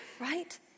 right